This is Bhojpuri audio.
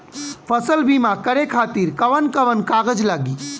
फसल बीमा करे खातिर कवन कवन कागज लागी?